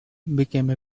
became